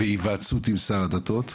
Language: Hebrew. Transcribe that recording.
בהיוועצות עם שר הדתות?